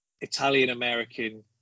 Italian-American